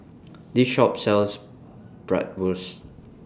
This Shop sells Bratwurst